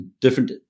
different